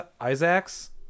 Isaac's